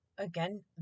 again